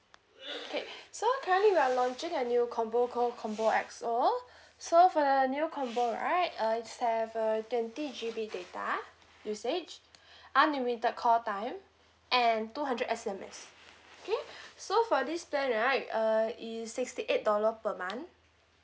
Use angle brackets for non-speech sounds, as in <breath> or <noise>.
okay <breath> so currently we are launching a new combo called combo X O <breath> so for the new combo right uh this have uh twenty G_B data usage <breath> unlimited call time and two hundred S_M_S <breath> okay <breath> so for this plan right uh it's sixty eight dollar per month